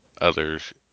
others